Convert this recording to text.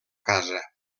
casa